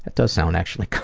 ah does sound actually